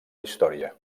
història